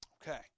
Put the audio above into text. Okay